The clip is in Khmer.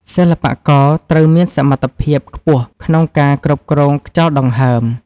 សិល្បករត្រូវមានសមត្ថភាពខ្ពស់ក្នុងការគ្រប់គ្រងខ្យល់ដង្ហើម។